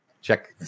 Check